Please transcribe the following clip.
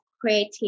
creative